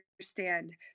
understand